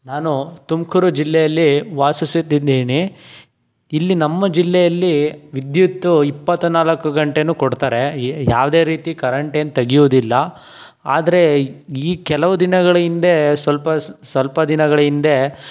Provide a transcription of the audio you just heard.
ನಾನು ತುಮಕೂರು ಜಿಲ್ಲೆಯಲ್ಲಿ ವಾಸಿಸುತ್ತಿದ್ದೇನೆ ಇಲ್ಲಿ ನಮ್ಮ ಜಿಲ್ಲೆಯಲ್ಲಿ ವಿದ್ಯುತ್ತು ಇಪ್ಪತ್ತ ನಾಲ್ಕು ಗಂಟೆಯೂ ಕೊಡ್ತಾರೆ ಯ ಯಾವುದೇ ರೀತಿ ಕರೆಂಟೇನು ತೆಗ್ಯೋದಿಲ್ಲ ಆದರೆ ಈ ಕೆಲವು ದಿನಗಳ ಹಿಂದೆ ಸ್ವಲ್ಪ ಸ್ವಲ್ಪ ದಿನಗಳ ಹಿಂದೆ